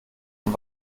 und